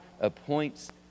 appoints